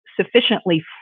sufficiently